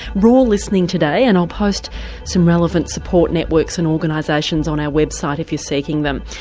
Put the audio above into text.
raw listening today and i'll post some relevant support networks and organisations on our website if you're seeking them,